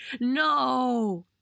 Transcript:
No